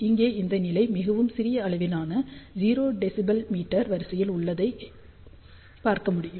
இங்கே இந்த நிலை மிகவும் சிறிய அளவிலான 0 dBm வரிசையில் உள்ளதை பார்க்க முடியும்